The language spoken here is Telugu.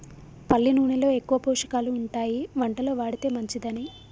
పల్లి నూనెలో ఎక్కువ పోషకాలు ఉంటాయి వంటలో వాడితే మంచిదని